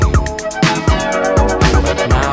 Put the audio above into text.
now